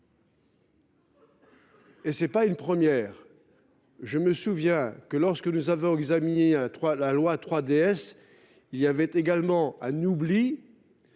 ! Ce n’est pas une première. Je me souviens que, lorsque nous avions examiné la loi 3DS, il y avait également eu un oubli,